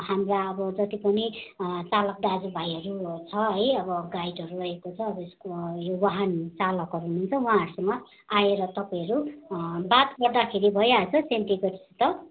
हाम्रा अब जति पनि चालक दाजुभाइहरू छ है अब गाइडहरू रहेको छ अब यसको यो वाहन चालकहरू हुनुहुन्छ वहाँहरूसँग आएर तपाईँहरू बात गर्दाखेरि भइहाल्छ त्यहाँ के कस्तो छ